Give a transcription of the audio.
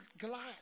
Goliath